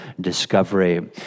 discovery